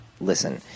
listen